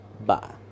Bye